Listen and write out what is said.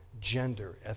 gender